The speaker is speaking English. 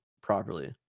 properly